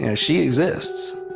and she exists,